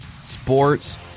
sports